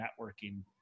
networking